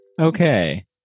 okay